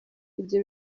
ibyo